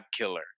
killer